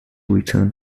returned